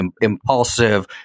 impulsive